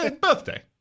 Birthday